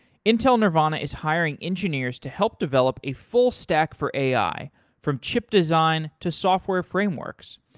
intel nervana is hiring engineers to help develop a full stack for ai from chip design to software frameworks.